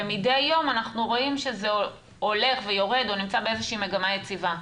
ומדי יום אנחנו רואים שזה הולך ויורד או נמצא באיזושהי מגמה יציבה.